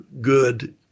good